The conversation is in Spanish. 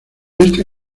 este